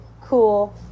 cool